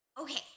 Okay